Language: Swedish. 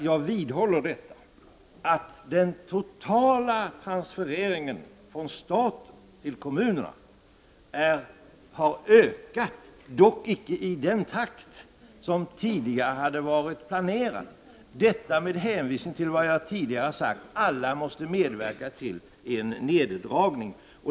Jag vidhåller att den totala transfereringen från staten till kommunerna har ökat, dock inte i den takt som tidigare hade varit planerad. Alla måste medverka till en neddragning.